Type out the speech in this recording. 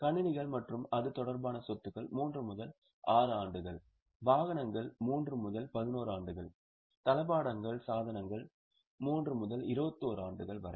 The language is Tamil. கணினிகள் மற்றும் அது தொடர்பான சொத்துக்கள் 3 முதல் 6 ஆண்டுகள் வாகனங்கள் 3 முதல் 11 ஆண்டுகள் தளபாடங்கள் சாதனங்கள் 3 முதல் 21 ஆண்டுகள் வரை